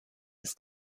his